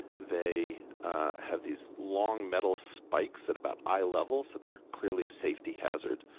they have these long metal spikes at about eye level, so they're clearly a safety hazard.